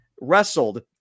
wrestled